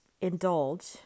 indulge